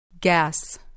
Gas